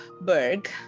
Berg